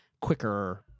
quicker